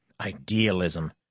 Idealism